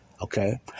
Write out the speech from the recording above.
Okay